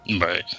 Right